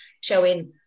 showing